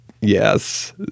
yes